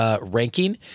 ranking